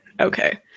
Okay